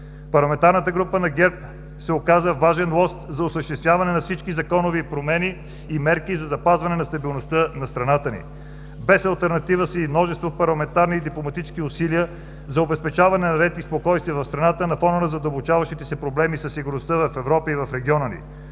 Парламентарната група на ГЕРБ се оказа важен лост за осъществяване на всички законови промени и мерки за запазване на стабилността на страната ни. Без алтернатива са и множество парламентарни и дипломатически усилия за обезпечаване на ред и спокойствие в страната на фона на задълбочаващите се проблеми със сигурността в Европа и региона ни.